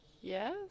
Yes